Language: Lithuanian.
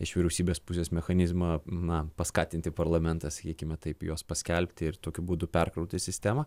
iš vyriausybės pusės mechanizmą na paskatinti parlamentą sakykime taip juos paskelbti ir tokiu būdu perkrauti sistemą